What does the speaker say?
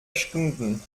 stunden